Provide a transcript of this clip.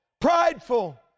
prideful